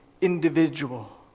individual